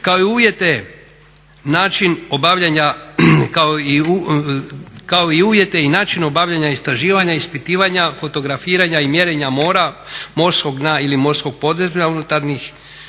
kao i uvjete i način obavljanja istraživanja, ispitivanja, fotografiranja i mjerenja mora, morskog dna ili morskog podmorja unutarnjih